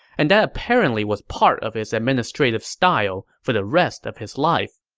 and that apparently was part of his administrative style for the rest of his life.